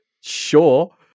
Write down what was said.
sure